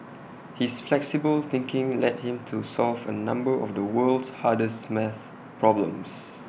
his flexible thinking led him to solve A number of the world's hardest maths problems